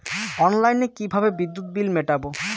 অনলাইনে কিভাবে বিদ্যুৎ বিল মেটাবো?